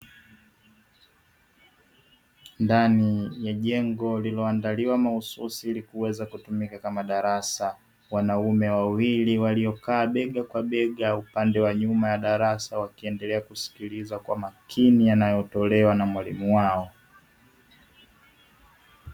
Ndani ya jengo lililoandaliwa mahususi ili kuweza kutumika kama darasa , wanaume wawili waliokaa bega Kwa bega upande wa nyuma ya darasa wakiendelea kusikiliza kwa makini yanayofundishwa na mwalimu wao.